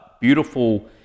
beautiful